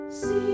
See